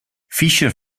fischer